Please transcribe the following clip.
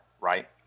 right